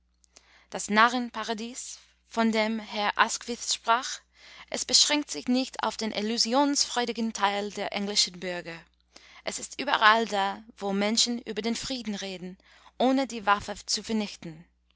das narrenparadies von dem herr asquith sprach es beschränkt sich nicht auf den illusionsfreudigen teil der englischen bürger es ist überall da wo menschen über den frieden reden ohne die waffe zu vernichten